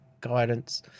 guidance